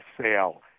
sale